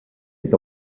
est